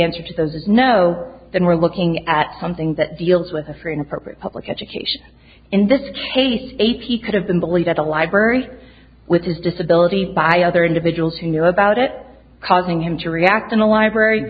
answer to that is no then we're looking at something that deals with a free and appropriate public education in this case a p could have been bullied at the library with his disability by other individuals who knew about it causing him to react in a library